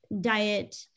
diet